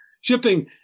shipping